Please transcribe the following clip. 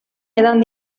edan